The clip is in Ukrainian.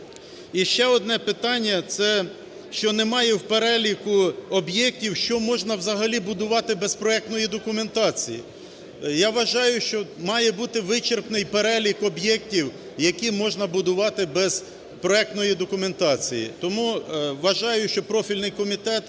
І ще одне питання – це, що немає в переліку об'єктів, що не можна взагалі будувати без проектної документації. Я вважаю, що має бути вичерпний перелік об'єктів, які можна будувати без проектної документації. Тому вважаю, що профільний комітет